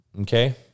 okay